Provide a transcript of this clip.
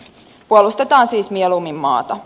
puolustetaan siis mieluummin maata